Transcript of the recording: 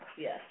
Yes